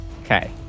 Okay